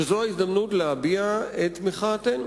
שזו ההזדמנות להביע את מחאתנו